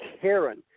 Karen